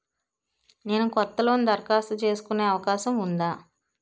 నేను కొత్త లోన్ దరఖాస్తు చేసుకునే అవకాశం ఉందా?